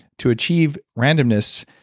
to achieve randomness,